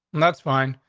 and that's fine.